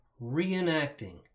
reenacting